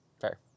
Fair